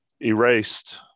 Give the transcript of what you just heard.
erased